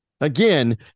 Again